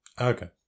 Okay